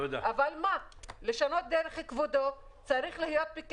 אבל כדי לשנות דרך, כבודו, צריך לוודא